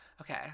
Okay